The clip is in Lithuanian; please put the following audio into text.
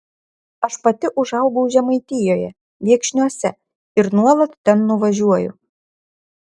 aš pati užaugau žemaitijoje viekšniuose ir nuolat ten nuvažiuoju